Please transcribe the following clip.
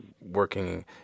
working